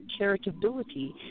charitability